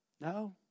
No